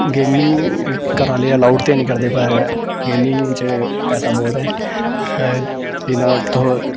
gaming घरै आह्ले allowed ते निं करदे पर गेमिंग च पैसा बहुत ऐ जियां तुस